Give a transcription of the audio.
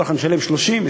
כל אחד משלם 30%,